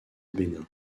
bénin